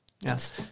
Yes